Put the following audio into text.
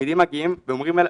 תלמידים מגיעים אליי,